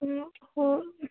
हो हो